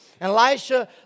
Elisha